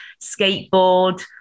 skateboard